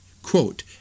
quote